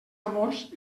amors